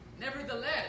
Nevertheless